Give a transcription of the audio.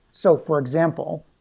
so for example,